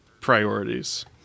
priorities